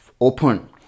open